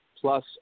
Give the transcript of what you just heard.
plus